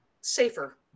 safer